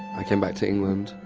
i came back to england